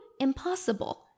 impossible